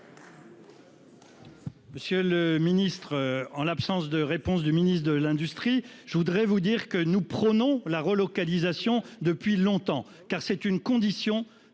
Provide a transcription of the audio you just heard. Monsieur le Ministre, en l'absence de réponse du ministre de l'industrie. Je voudrais vous dire que nous prônons la relocalisation depuis longtemps car c'est une condition de la transition